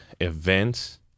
events